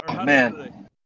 Man